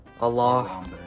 Allah